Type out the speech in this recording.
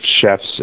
chefs